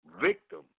victim